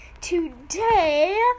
today